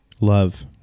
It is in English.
Love